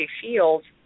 fields